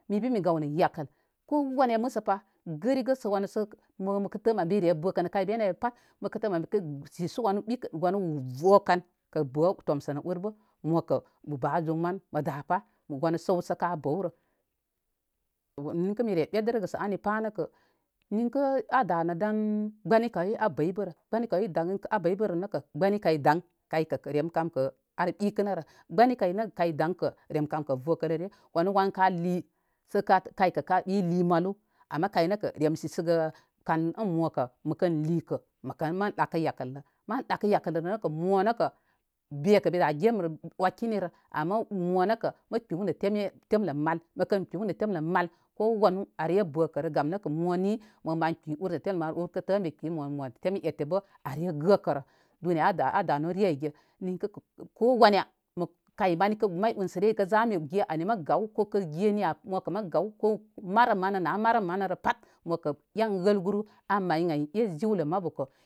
Mi bə mi gaw nə yakəl ko wana məsəpa rigə sə wanə sə mo məkə tə məre bəkə kay beni ay pat məkə tə mən məkə sisu wənə ɓik wanə vəkən kə bə tomsə nə urbə mokə ba zum mən məda pa wanə səwsə ka bəwrə. Ninkə mire ɓedərə gə sə ani pa nəkə nankə a danə dan gbənikawye a bəybərə. Gbənikaw a bəybəo nəkə, gbənikay ɗaŋ kə rem kamkə ar ɓikənərə. Gbənikay nə kay daŋ nəkə rem kamkə vəkələre. Wann wan ka lii sə ka kaykə i lii malu ama kaynəkə rem sisəgə kan ən mokən lii kə məkən mən ɗakə yakəl lə. Mə ɗakə yakəllə nəkə mo nəkə bekə be da gemrj wakinirə ama mo nəkə mə kpəw nə teme temlə mal, məkən kpəw nə temlə mal ko wanu are bəkə rə gam nəkə moni mə mən kpə ur nə temlə mar ur kələ ən mi pə mo nə teme ette bə are' gəkərə. Duniya a danu re ayge ninkə kə ko wanya kay mani may unsərəre kə ən mi ge ani mə gaw ko kə ge niya bə mokə mə gaw ko marəm mani nə a' marəm mənirə pat mokə en wəl guru a' may ən ay jewlə mabukə.